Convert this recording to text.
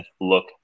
look